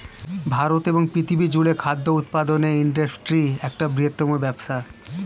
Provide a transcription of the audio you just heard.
ভারতে এবং পৃথিবী জুড়ে খাদ্য উৎপাদনের ইন্ডাস্ট্রি এক বৃহত্তম ব্যবসা